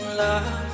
love